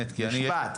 משפט.